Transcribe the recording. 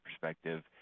perspective